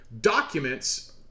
documents